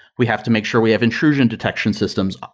we have to make sure we have intrusion detection systems,